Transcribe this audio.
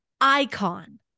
icon